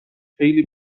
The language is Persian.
خیلی